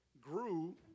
grew